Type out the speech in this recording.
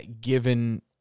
given